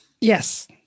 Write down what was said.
Yes